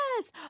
Yes